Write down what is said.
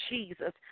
Jesus